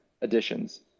additions